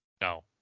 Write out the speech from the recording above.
no